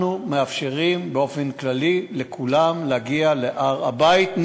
אנחנו מאפשרים באופן כללי לכולם להגיע להר-הבית,